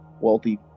wealthy